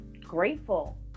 grateful